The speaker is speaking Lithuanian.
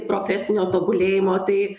profesinio tobulėjimo tai